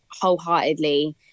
wholeheartedly